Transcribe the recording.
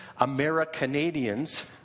Americanadians